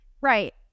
Right